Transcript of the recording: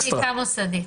אחרי בדיקה מוסדית.